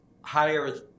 higher